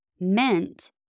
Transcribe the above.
meant—